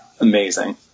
Amazing